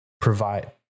provide